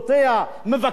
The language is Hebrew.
מבקרת אותה.